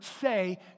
say